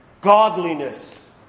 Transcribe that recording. godliness